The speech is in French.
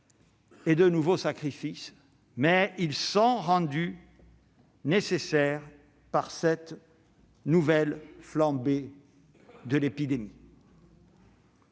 et de nouveaux sacrifices, rendus nécessaires par cette nouvelle flambée de l'épidémie.